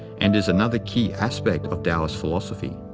and is another key aspect of taoist philosophy.